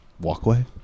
Walkway